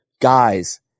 guys